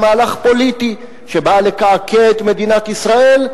מהלך פוליטי שבא לקעקע את מדינת ישראל,